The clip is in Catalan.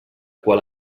qual